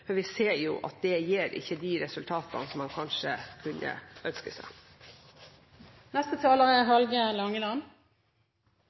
for vi ser at det ikke gir de resultatene som man kanskje kunne ønske seg. Neste taler er